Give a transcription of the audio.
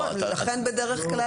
בדרך כלל